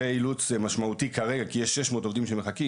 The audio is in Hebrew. זה אילוץ משמעותי כרגע כי יש 600 עובדים שמחכים.